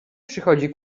przychodzi